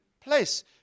place